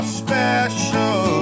special